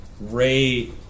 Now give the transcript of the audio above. Ray